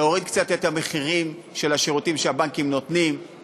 להוריד קצת את המחירים של השירותים שהבנקים נותנים,